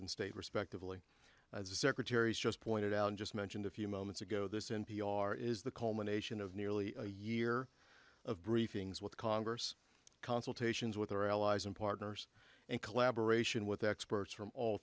and state respectively the secretary just pointed out and just mentioned a few moments ago this n p r is the culmination of nearly a year of briefings with congress consultations with our allies and partners and collaboration with experts from all